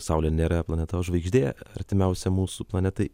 saulė nėra planeta o žvaigždė artimiausia mūsų planetai